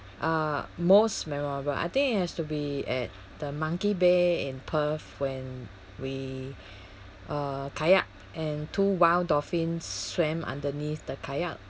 uh most memorable I think it has to be at the monkey bay in perth when we uh kayak and two wild dolphins swam underneath the kayak